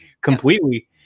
completely